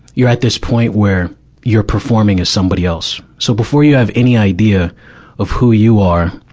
you're at this point where you're performing as somebody else, so before you have any idea of who you are,